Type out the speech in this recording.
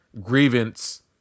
grievance